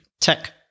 Tech